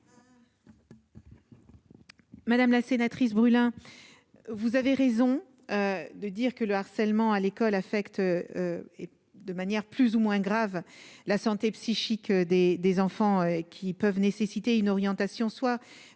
Madame la sénatrice brûlant, vous avez raison de dire que le harcèlement à l'école affecte de manière plus ou moins graves. La santé psychique des des enfants qui peuvent nécessiter une orientation soit